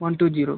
one two zero